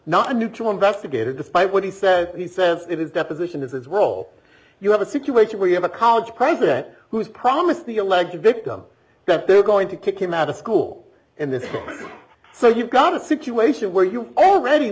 a neutral investigator despite what he says he says it is deposition has its role you have a situation where you have a college president who has promised the alleged victim that they're going to kick him out of school and then so you've got a situation where you've already